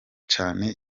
cyane